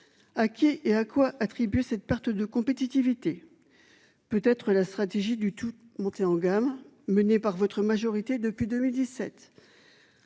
À qui et à quoi attribuer cette perte de compétitivité. Peut être la stratégie du tout monter en gamme menée par votre majorité depuis 2017.